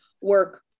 work